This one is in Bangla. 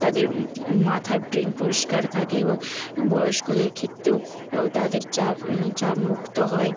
তাদের মাথার ব্রেন পরিষ্কার থাকে এবং এবং বয়স্কদের ক্ষেত্রেও ও তাদের চাপ চাপ মুক্ত হয়